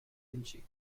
vinci